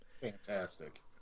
Fantastic